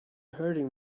hurting